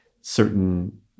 certain